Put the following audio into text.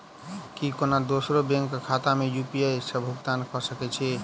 की कोनो दोसरो बैंक कऽ खाता मे यु.पी.आई सऽ भुगतान कऽ सकय छी?